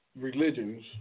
religions